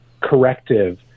corrective